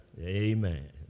Amen